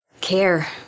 care